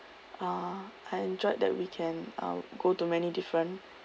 uh I enjoyed that weekend um go to many different